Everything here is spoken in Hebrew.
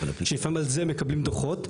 שלפעמים על זה מקבלים דוחות.